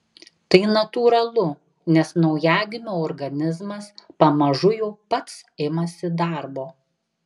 tai natūralu nes naujagimio organizmas pamažu jau pats imasi darbo